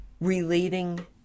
relating